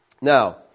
Now